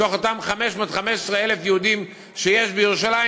מתוך אותם 515,000 יהודים שיש בירושלים,